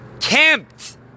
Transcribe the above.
Camped